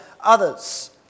others